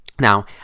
Now